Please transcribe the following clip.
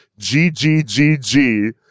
GGGG